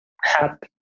hat